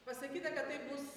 pasakyta kad tai bus